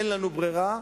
אין לנו ברירה,